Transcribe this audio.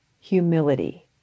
Humility